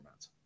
formats